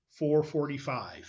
445